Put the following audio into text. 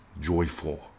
joyful